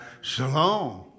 Shalom